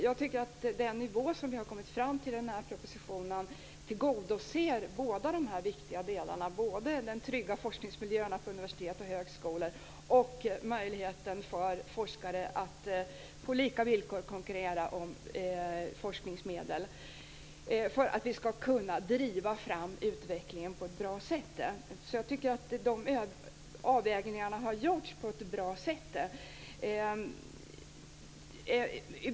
Jag tycker att den nivå som vi har kommit fram till i den här propositionen tillgodoser de båda viktiga delarna - alltså både detta med trygga forskningsmiljöer på universitet och högskolor och möjligheten för forskare att på lika villkor konkurrera om forskningsmedel; detta för att vi ska kunna driva fram utvecklingen på ett bra sätt. De avvägningarna tycker jag har också gjorts på ett bra sätt.